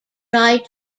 tried